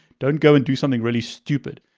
don't go and do something really stupid.